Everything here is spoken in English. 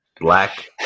black